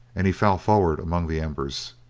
and he fell forward among the embers.